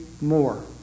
more